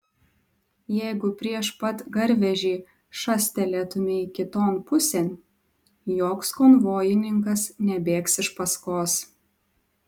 jeigu prieš pat garvežį šastelėtumei kiton pusėn joks konvojininkas nebėgs iš paskos